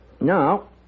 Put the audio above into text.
Now